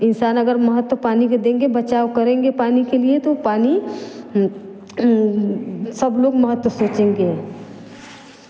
इंसान अगर महत्व पानी के देंगे बचाव करेंगे पानी के लिए तो पानी सब लोग महत्त्व सोचेंगे